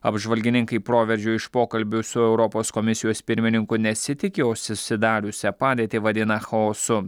apžvalgininkai proveržio iš pokalbių su europos komisijos pirmininku nesitiki o susidariusią padėtį vadina chaosu